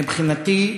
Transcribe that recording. מבחינתי,